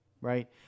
right